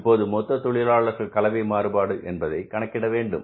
இப்போது மொத்த தொழிலாளர் கலவை மாறுபாடு என்பதை கணக்கிட வேண்டும்